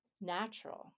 natural